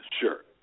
Sure